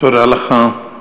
תודה לך.